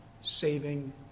saving